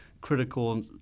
critical